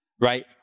right